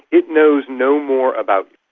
it knows no more about